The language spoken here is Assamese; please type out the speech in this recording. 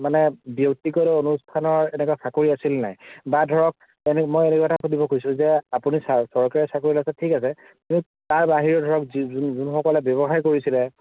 মানে ব্যক্তিগত অনুষ্ঠানৰ এনেকুৱা চাকৰি আছিলনে বা ধৰক মানে মই এই এটা সুধিব খুজিছোঁ যে চৰ চৰকাৰী চাকৰিত আছে ঠিক আছে কিন্তু তাৰ বাহিৰে ধৰক যোনসকলে ব্যৱসায় কৰিছিলে